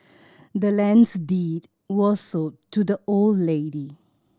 the land's deed was sold to the old lady